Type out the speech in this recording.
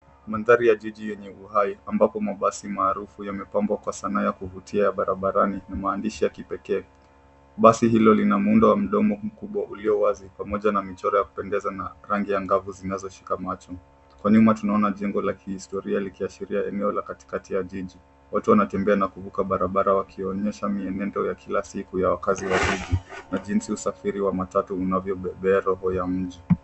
Mandhari ya jiji yenye uhai ambapo mabasi maarufu yamepambwa kwa sanaa ya kuvutia barabarani na maandishi ya kipekee. Basi hilo lina muundo wa mdomo mkubwa ulio wazi pamoja na mchoro wa kupendeza na rangi angavu zinazoshika macho. Kwa nyuma tunaona jengo la kihistoria likiashiria eneo la katikati ya jiji. Watu wanatembea na kuvuka barabara wakionyesha mienendo ya kila siku ya wakaazi wa jiji na jinsi usafiri wa matatu unavyobebea roho ya mji.